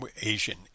Asian